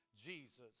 Jesus